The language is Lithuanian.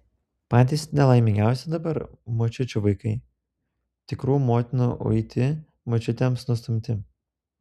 patys nelaimingiausi dabar močiučių vaikai tikrų motinų uiti močiutėms nustumti